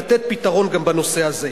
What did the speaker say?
לתת פתרון גם בנושא הזה.